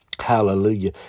Hallelujah